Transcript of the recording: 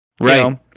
Right